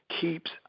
keeps